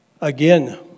again